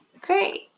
great